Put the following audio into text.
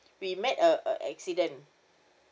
we met uh a accident